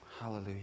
Hallelujah